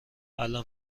الان